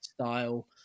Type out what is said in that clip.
style